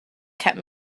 kept